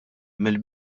mill